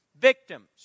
Victims